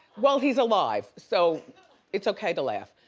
well he's alive, so it's okay to laugh.